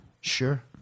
Sure